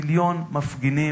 מיליון מפגינים,